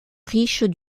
riches